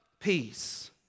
peace